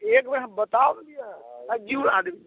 एक बेर हम बता दिअ हजू आदमी